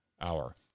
hour